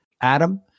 Adam